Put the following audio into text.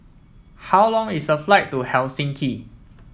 how long is the flight to Helsinki